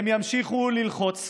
הם ימשיכו ללחוץ